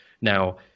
Now